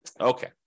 Okay